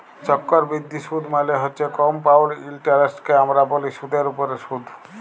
চক্করবিদ্ধি সুদ মালে হছে কমপাউল্ড ইলটারেস্টকে আমরা ব্যলি সুদের উপরে সুদ